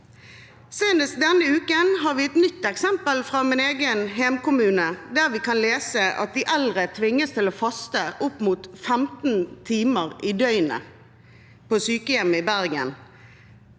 Senest denne uken har vi et nytt eksempel fra min egen hjemkommune, der vi kan lese at de eldre tvinges til å faste opp mot 15 timer i døgnet på sykehjemmet i Bergen